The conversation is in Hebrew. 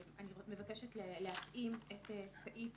אני מבקשת להתאים את סעיף